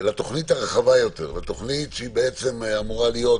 לתוכנית הרחבה יותר, לתוכנית שהיא אמורה להיות